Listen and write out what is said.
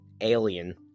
Alien